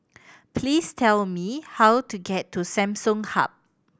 please tell me how to get to Samsung Hub